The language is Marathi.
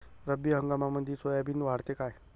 रब्बी हंगामामंदी सोयाबीन वाढते काय?